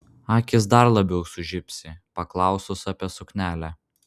akys dar labiau sužibsi paklausus apie suknelę